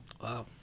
Wow